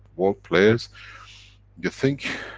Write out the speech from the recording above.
world players you think.